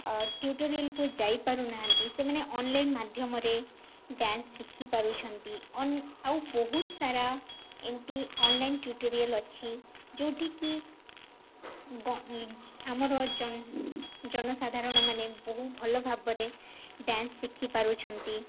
ଟ୍ୟୁଟୋରିଆଲ୍କୁ ଯାଇପାରୁନାହାନ୍ତି ସେମାନେ ଅନ୍ଲାଇନ୍ ମାଧ୍ୟମରେ ଡ୍ୟାନ୍ସ ଶିଖିପାରୁଛନ୍ତି ଆଉ ବହୁତ ସାରା ଏମତି ଅନ୍ଲାଇନ୍ ଟ୍ୟୁଟୋରିଆଲ୍ ଅଛି ଯେଉଁଠିକି ଆମର ଜନସାଧାରଣମାନେ ବହୁ ଭଲ ଭାବରେ ଡ୍ୟାନ୍ସ ଶିଖିପାରୁଛନ୍ତି